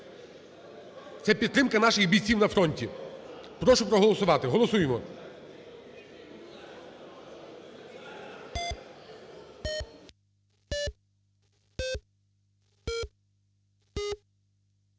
Це підтримка наших бійців на фронті. Прошу проголосувати. Голосуємо.